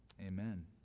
amen